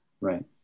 right